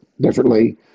differently